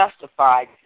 justified